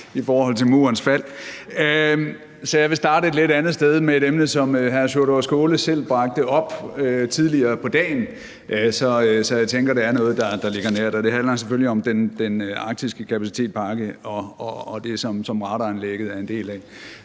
i forhold til Murens fald. Så jeg vil starte et lidt andet sted med et emne, som hr. Sjúrður Skaale selv bragte op tidligere på dagen. Så jeg tænker, det er noget, der ligger dette nært. Og det handler selvfølgelig om Arktis-kapacitetspakken og det, som radaranlægget er en del af.